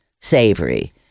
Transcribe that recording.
savory